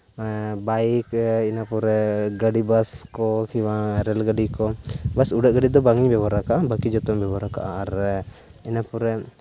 bike ᱤᱱᱟᱹ ᱯᱚᱨᱮ ᱜᱟᱹᱰᱤ ᱵᱟᱥ ᱠᱚ ᱠᱤᱝᱵᱟ ᱨᱮᱹᱞ ᱜᱟᱹᱰᱤ ᱠᱚ ᱵᱟᱥ ᱩᱰᱟᱹᱜ ᱜᱟᱹᱰᱤ ᱫᱚ ᱵᱟᱝ ᱤᱧ ᱵᱮᱵᱚᱦᱟᱨ ᱟᱠᱟᱜᱼᱟ ᱵᱟᱹᱠᱤ ᱡᱚᱛᱚᱧ ᱵᱮᱵᱚᱦᱟᱨ ᱟᱠᱟᱜᱼᱟ ᱟᱨ ᱤᱱᱟᱹ ᱯᱚᱨᱮ